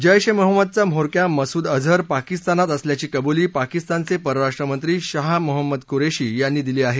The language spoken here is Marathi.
जैश ए मोहम्मदचा म्होरक्या मसुद अझर पाकिस्तानात असल्याची कबुली पाकिस्तानचे परराष्ट्र मंत्री शाह मोहम्मद कुरेशी यांनी दिली आहे